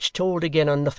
which told again are nothing,